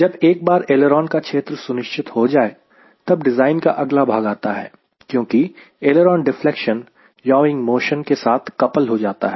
जब एक बार ऐलेरोन का क्षेत्र सुनिश्चित हो जाए तब डिज़ाइन का अगला भाग आता है क्योंकि ऐलेरोन डिफ्लेक्शन याविंग मोशन के साथ कपल हो जाता है